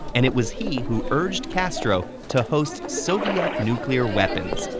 and it was he who urged castro to host soviet nuclear weapons,